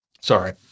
sorry